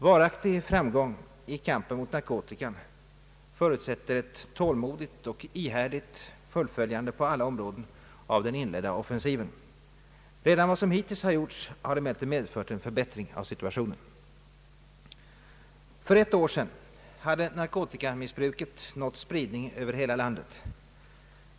Varaktig framgång i kampen mot narkotikan förutsätter ett tålmodigt och ihärdigt fullföljande på alla områden av den inledda offensiven, Redan vad som hittills har gjorts har emellertid medfört en förbättring av situationen. För ett år sedan hade narkotikamissbruket nått spridning över hela landet.